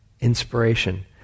inspiration